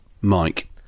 Mike